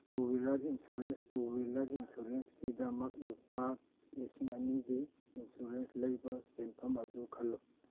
two wheeler insurance two wheeler ꯏꯟꯁꯨꯔꯦꯟꯁꯀꯤꯗꯃꯛ ꯂꯨꯄꯥ ꯂꯤꯁꯤꯡ ꯑꯅꯤꯒꯤ ꯏꯟꯁꯨꯔꯦꯟꯁ ꯂꯩꯕ ꯁꯦꯟꯐꯝ ꯑꯗꯨ ꯈꯜꯂꯨ